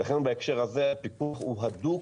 ולכן בהקשר הזה הפיקוח הוא הדוק,